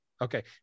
Okay